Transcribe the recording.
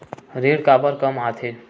ऋण काबर कम आथे?